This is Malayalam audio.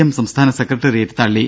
എം സംസ്ഥാന സെക്രട്ടേറിയറ്റ് തള്ളി